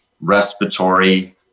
respiratory